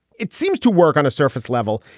it seems to work on a surface level.